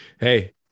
Hey